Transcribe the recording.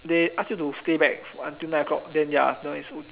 they ask you to stay back until nine o'clock then ya